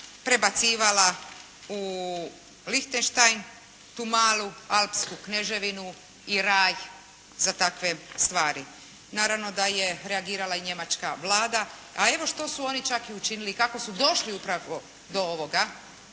prebacivala u Linchestein tu malu alpsku kneževinu i raj za takve stvari. Naravno da je reagirala i Njemačka Vlada. A evo što su oni čak i učinili, kako su došli upravo do ovoga.